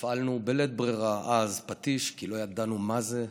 הפעלנו בלית ברירה אז פטיש כי לא ידענו מה זה,